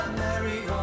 merry